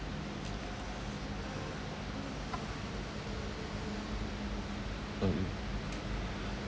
orh you